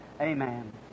Amen